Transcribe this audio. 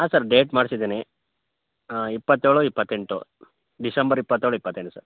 ಹಾಂ sir date ಮಾಡ್ಸಿದ್ದೀನಿ ಇಪ್ಪತ್ತೇಳು ಇಪ್ಪತ್ತೆಂಟು ಡಿಸೆಂಬರ್ ಇಪ್ಪತ್ತೇಳು ಇಪ್ಪತೆಂಟು ಸರ್